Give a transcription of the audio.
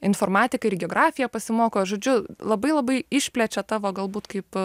informatikai ir geografiją pasimoko žodžiu labai labai išplečia tavo galbūt kaip